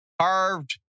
carved